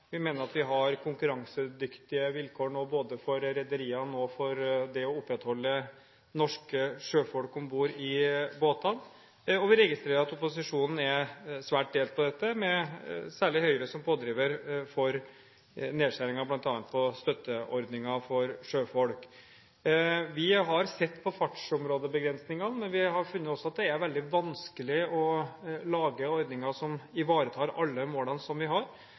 Vi mener at vi har konkurransedyktige vilkår nå, både for rederiene og for å opprettholde antallet norske sjøfolk om bord i båtene. Vi registrerer at opposisjonen er svært delt her, med særlig Høyre som pådriver for nedskjæringer bl.a. i støtteordninger for sjøfolk. Vi har sett på fartsområdebegrensningene, men det er veldig vanskelig å lage ordninger som ivaretar alle målene vi har;